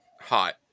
hot